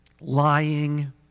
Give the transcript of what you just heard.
lying